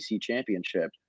championship